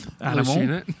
animal